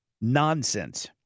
nonsense